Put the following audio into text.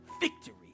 victory